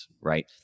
right